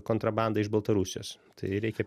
kontrabanda iš baltarusijos tai reikia